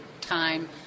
time